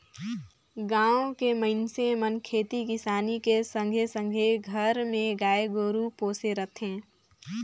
गाँव के मइनसे मन खेती किसानी के संघे संघे घर मे गाय गोरु पोसे रथें